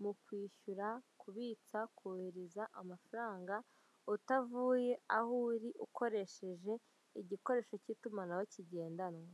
mukwishyura, kubitsa, kohereza amafaranga, utavuye aho uri ukoresheje igikoresho cy'itumanaho kigendanwa.